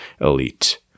elite